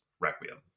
requiem